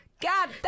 God